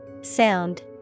Sound